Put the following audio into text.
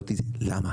למה